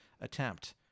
attempt